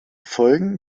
folgen